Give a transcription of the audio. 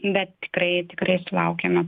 bet tikrai tikrai sulaukiame